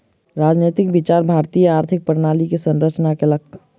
राजनैतिक विचार भारतीय आर्थिक प्रणाली के संरचना केलक